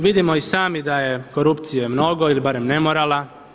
Vidimo i sami da je korupcije mnogo ili barem nemorala.